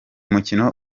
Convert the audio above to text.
mukino